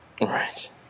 Right